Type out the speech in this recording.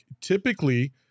Typically